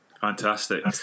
Fantastic